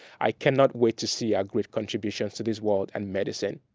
i cannot wait to see our great contributions to this world and medicine.